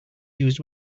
used